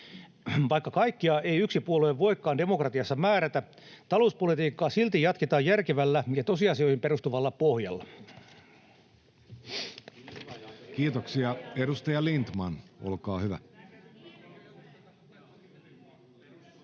Vaikka kaikkea ei yksi puolue voikaan demokratiassa määrätä, talouspolitiikkaa silti jatketaan järkevällä ja tosiasioihin perustuvalla pohjalla. [Speech 7] Speaker: Jussi Halla-aho